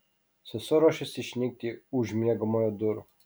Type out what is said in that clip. sesuo ruošėsi išnykti už miegamojo durų